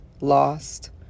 lost